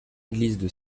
église